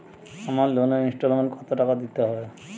আমার লোনের ইনস্টলমেন্টৈ কত টাকা দিতে হবে?